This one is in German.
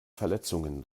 verletzungen